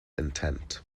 intent